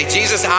Jesus